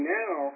now